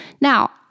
Now